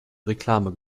reklame